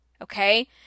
Okay